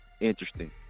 interesting